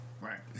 right